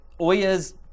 Oya's